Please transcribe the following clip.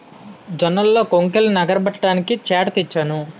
జొన్నల్లో కొంకుల్నె నగరబడ్డానికి చేట తెచ్చాను